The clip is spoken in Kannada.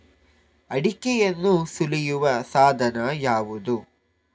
ಅಡಿಕೆಯನ್ನು ಸುಲಿಯುವ ಸಾಧನ ಯಾವುದು?